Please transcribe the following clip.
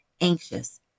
anxious